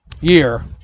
year